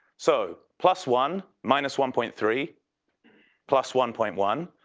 so plus one minus one point three plus one point one,